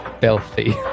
filthy